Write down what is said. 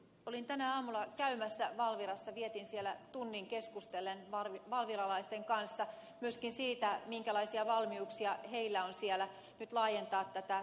olin tänä aamuna käymässä valvirassa vietin siellä tunnin keskustellen valviralaisten kanssa myöskin siitä minkälaisia valmiuksia heillä on siellä nyt laajentaa tätä tutkimuskenttää